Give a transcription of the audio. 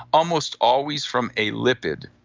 almost always from a lipid.